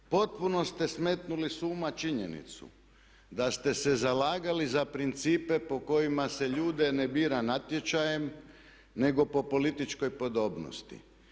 Potpuno ste smetnuli s uma činjenicu da ste se zalagali za principe po kojima se ljude ne bira natječajem nego po političkoj podobnosti.